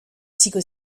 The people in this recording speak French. psycho